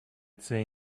they